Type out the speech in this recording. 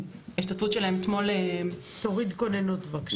ההשתתפות שלהם אתמול --- תוריד כוננות בבקשה.